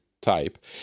type